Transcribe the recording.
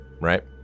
right